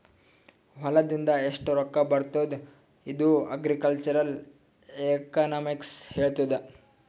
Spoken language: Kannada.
ಹೊಲಾದಿಂದ್ ಎಷ್ಟು ರೊಕ್ಕಾ ಬರ್ತುದ್ ಇದು ಅಗ್ರಿಕಲ್ಚರಲ್ ಎಕನಾಮಿಕ್ಸ್ ಹೆಳ್ತುದ್